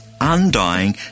undying